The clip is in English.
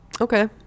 Okay